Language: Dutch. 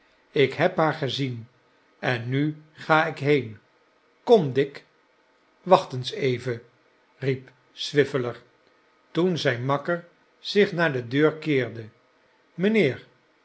ik heb haar gezien en nu ga ik heen kom dick wacht eens even riep swiveller toen zijn makker zich naar de deur keerde mijnheer